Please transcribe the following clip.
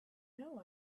know